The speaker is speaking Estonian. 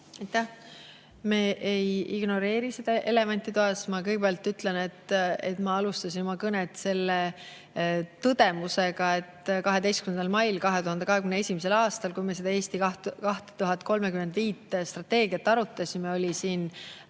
Me ei ignoreeri seda elevanti toas. Ma kõigepealt ütlen, et ma alustasin oma kõnet selle tõdemusega, et 12. mail 2021. aastal, kui me seda "Eesti 2035" strateegiat arutasime, oli siin